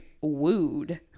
wooed